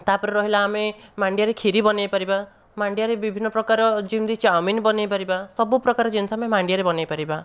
ତା'ପରେ ରହିଲା ଆମେ ମାଣ୍ଡିଆରେ ଖିରି ବନାଇ ପାରିବା ମାଣ୍ଡିଆରେ ବିଭିନ୍ନ ପ୍ରକାର ଯେମିତି ଚାଉମିନ ବନାଇ ପାରିବା ସବୁ ପ୍ରକାର ଜିନିଷ ଆମେ ମାଣ୍ଡିଆରେ ବନାଇ ପାରିବା